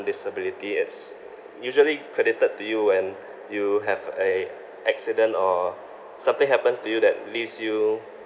disability it's usually credited to you when you have a accident or something happens to you that leaves you